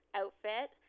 outfit